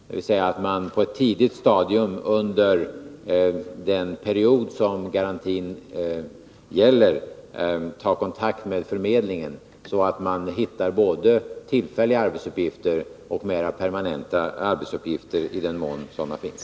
Man skall alltså på ett tidigt stadium under den period som garantin gäller ta kontakt med förmedlingen, så att man hittar både tillfälliga arbetsuppgifter och mera permanenta arbetsuppgifter, i den mån sådana finns.